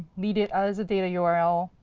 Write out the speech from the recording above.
read it as a data yeah url.